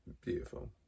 beautiful